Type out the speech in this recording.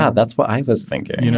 yeah that's what i was thinking,